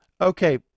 okay